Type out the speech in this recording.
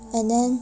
and then